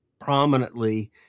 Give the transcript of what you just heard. prominently